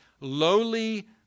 lowly